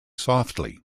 softly